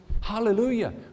Hallelujah